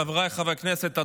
חבריי חברי הכנסת,